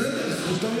בסדר, זכותו